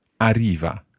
arriva